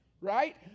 right